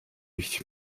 ich